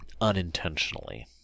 unintentionally